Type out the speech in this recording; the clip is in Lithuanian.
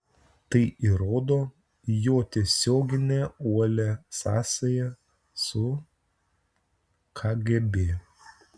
tai įrodo jo tiesioginę uolią sąsają su kgb